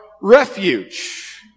refuge